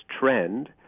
trend